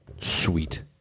sweet